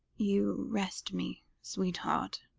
you rest me sweetheart,